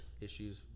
issues